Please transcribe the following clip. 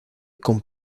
con